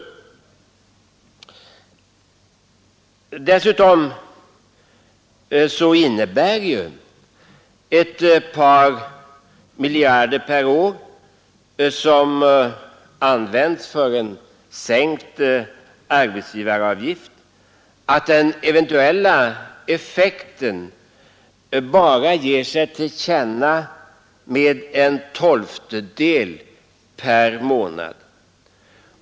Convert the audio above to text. Dessutom skulle den eventuella effekten av en sänkning av arbetsgivaravgiften med ett par miljarder per år bara ge sig till känna med en tolftedel per månad.